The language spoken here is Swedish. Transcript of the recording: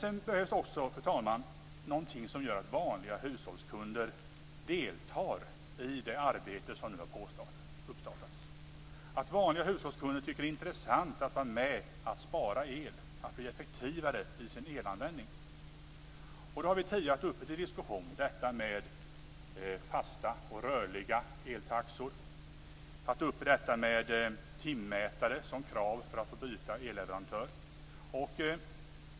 Sedan behövs det också något som gör att vanliga hushållskunder deltar i det arbete som har påbörjats, så att de tycker att det är intressant att vara med och spara el och att bli effektivare i sin elanvändning. Vi har tidigare diskuterat fasta och rörliga eltaxor och kravet på timmätare för att få byta elleverantör.